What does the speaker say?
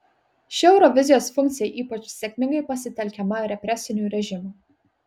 ši eurovizijos funkcija ypač sėkmingai pasitelkiama represinių režimų